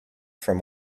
from